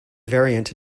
variant